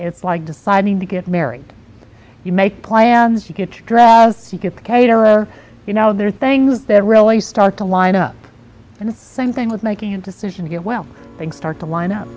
it's like deciding to get married you make plans to get dressed and get caterer you know there are things that really start to line up and the same thing with making a decision to get well and start to line up